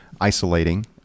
isolating